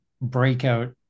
breakout